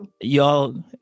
y'all